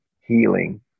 healing